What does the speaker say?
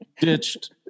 ditched